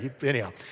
anyhow